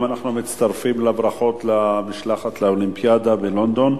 אנחנו גם מצטרפים לברכות למשלחת לאולימפיאדה בלונדון.